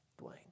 Dwayne